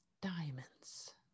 diamonds